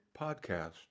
podcast